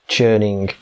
Churning